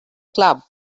club